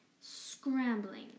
scrambling